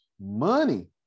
money